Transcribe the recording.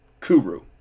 Kuru